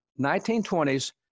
1920s